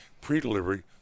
pre-delivery